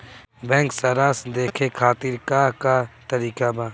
Bank सराश देखे खातिर का का तरीका बा?